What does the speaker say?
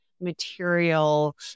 material